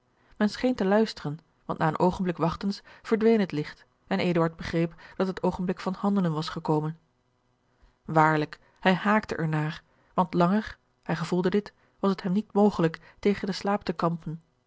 men scheen te luisteren want na een oogenblik wachtens verdween het licht en eduard begreep dat het oogenblik van handelen was gekomen waarlijk hij haakte er naar want langer hij gevoelde george een ongeluksvogel dit was het hem niet mogelijk tegen den slaap te kampen